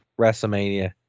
WrestleMania